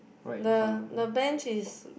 the the bench is